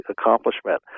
accomplishment